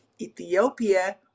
Ethiopia